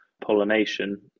pollination